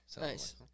Nice